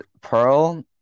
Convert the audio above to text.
Pearl